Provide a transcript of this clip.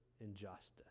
injustice